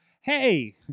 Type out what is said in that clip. hey